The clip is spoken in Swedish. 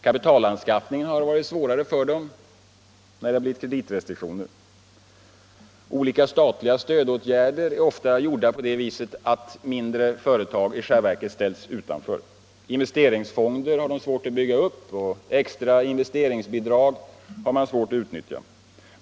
Kapitalanskaffningen har varit svårare för dem när det har blivit kreditrestriktioner. Olika statliga stödåtgärder är ofta beskaffade på det viset att mindre företag i själva verket ställs utanför. Investeringsfonderna har de svårt att bygga upp, externa investeringsbidrag har de svårt att utnyttja.